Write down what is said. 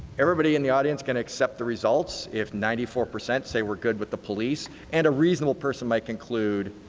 everybody in the audience can accept the results of ninety four percent say we are good with the police and a reasonable person might conclude,